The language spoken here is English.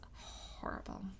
horrible